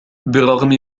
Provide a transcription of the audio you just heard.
بالرغم